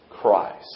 Christ